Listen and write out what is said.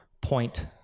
point